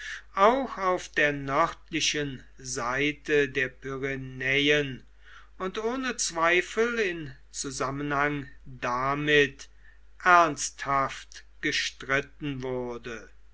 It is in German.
auch auf der nördlichen seite der pyrenäen und ohne zweifel in zusammenhang damit ernsthaft gestritten wurde